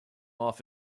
off